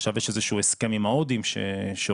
עכשיו יש איזשהו הסכם עם ההודים שעומד